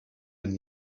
and